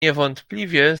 niewątpliwie